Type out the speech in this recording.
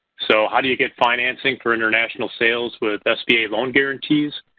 so how do you get financing for international sales with sba loan guarantees?